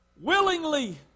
willingly